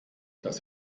dass